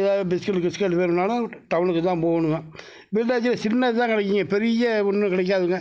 ஏதாவது பிஸ்கட் கிஸ்கட் வேணும்னாலும் டவுனுக்கு தான் போகணுங்க விருதாச்சலத்தில் சின்னதுதான் கிடைக்குங்க பெரிய ஒன்றும் கிடைக்காதுங்க